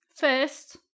first